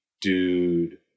dude